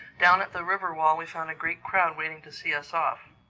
down at the river-wall we found a great crowd waiting to see us off.